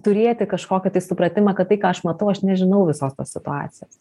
turėti kažkokį tai supratimą kad tai ką aš matau aš nežinau visos tos situacijos